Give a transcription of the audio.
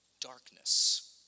Darkness